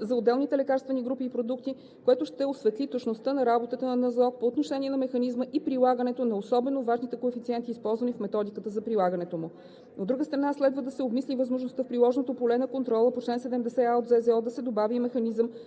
за отделните лекарствени групи и продукти, което ще осветли точността на работа на Националната здравноосигурителна каса по отношение на механизма и при определянето на особено важните коефициенти, използвани в методиката за прилагането му. От друга страна, следва да се обмисли възможността в приложното поле на контрола по чл. 70а от Закона за здравното